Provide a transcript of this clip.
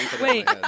Wait